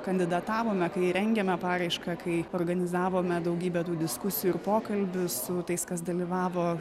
kandidatavome kai rengėme paraišką kai organizavome daugybę tų diskusijų ir pokalbių su tais kas dalyvavo